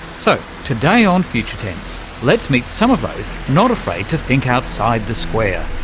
so, today on future tense let's meet some of those not afraid to think outside the square,